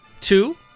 two